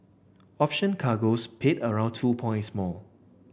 option cargoes paid around two points more